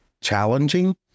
challenging